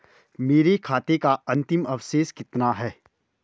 मेरे खाते का अंतिम अवशेष कितना है?